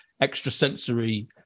extrasensory